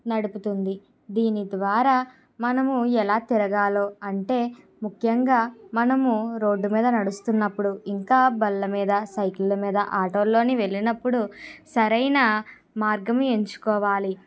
నడుపుతుంది దీని ద్వారా మనము ఎలా తిరగాలో అంటే ముఖ్యంగా మనము రోడ్డు మీద నడుస్తున్నప్పుడు ఇంకా బల్లమీద సైకిల్ల మీద ఆటోలోని వెళ్ళినప్పుడు సరైన మార్గం ఎంచుకోవాలి